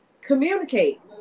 communicate